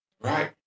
right